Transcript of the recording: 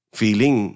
feeling